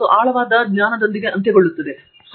professor Pratap Haridoss ಸರಿ